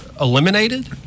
eliminated